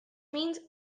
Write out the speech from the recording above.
means